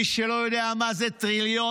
מי שלא יודע מה זה טריליון,